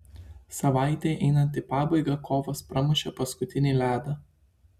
savaitei einant į pabaigą kovas pramušė paskutinį ledą